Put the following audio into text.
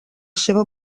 seva